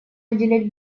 уделять